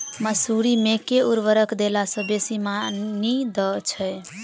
मसूरी मे केँ उर्वरक देला सऽ बेसी मॉनी दइ छै?